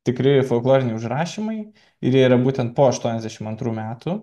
tikri folkloriniai užrašymai ir jie yra būtent po aštuoniasdešimt antrų metų